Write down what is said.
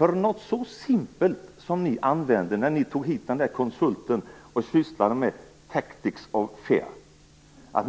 Något så simpelt som det ni gjorde när ni tog hit den där konsulten och sysslade med tactics of fear får man leta efter.